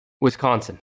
Wisconsin